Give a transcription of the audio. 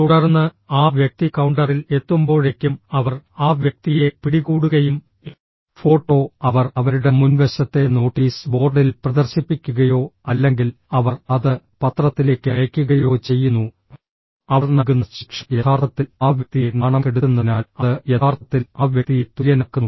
തുടർന്ന് ആ വ്യക്തി കൌണ്ടറിൽ എത്തുമ്പോഴേക്കും അവർ ആ വ്യക്തിയെ പിടികൂടുകയും ഫോട്ടോ അവർ അവരുടെ മുൻവശത്തെ നോട്ടീസ് ബോർഡിൽ പ്രദർശിപ്പിക്കുകയോ അല്ലെങ്കിൽ അവർ അത് പത്രത്തിലേക്ക് അയയ്ക്കുകയോ ചെയ്യുന്നു അവർ നൽകുന്ന ശിക്ഷ യഥാർത്ഥത്തിൽ ആ വ്യക്തിയെ നാണം കെടുത്തുന്നതിനാൽ അത് യഥാർത്ഥത്തിൽ ആ വ്യക്തിയെ തുല്യനാക്കുന്നു